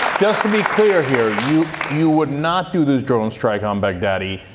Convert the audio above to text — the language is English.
just to be clear here, you you would not do the drone strike on al-baghdadi?